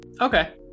Okay